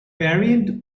variant